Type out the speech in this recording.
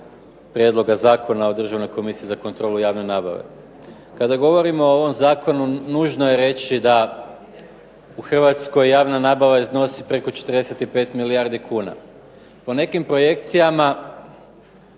prijedloga Zakona o Državnoj komisiji za kontrolu javne nabave. Kada govorimo o ovom zakonu nužno je reći da u Hrvatskoj javna nabava iznosi preko 45 milijardi kuna. Po nekim projekcijama